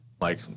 like-